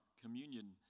communion